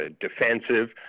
defensive